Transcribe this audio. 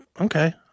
Okay